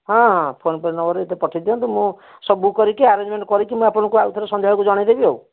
ହଁ ହଁ PhonePe ନମ୍ବର୍ରେ ଏଇଟା ପଠେଇଦିଅନ୍ତୁ ମୁଁ ସବୁ ବୁକ୍ କରିକି ଆରେଂଜ୍ମେଣ୍ଟ୍ କରିକି ମୁଁ ଆପଣଙ୍କୁ ଆଉଥରେ ସନ୍ଧ୍ୟାବେଳକୁ ଜଣେଇଦେବି ଆଉ